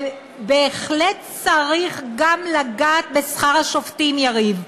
ובהחלט צריך גם לגעת בשכר השופטים, יריב.